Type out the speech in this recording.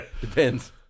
Depends